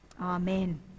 amen